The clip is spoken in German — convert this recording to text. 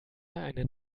einen